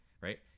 right